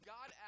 God